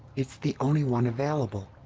it's the only one available.